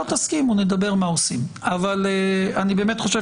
לא תסכימו נדבר מה עושים אבל אני באמת חושב